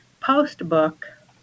post-book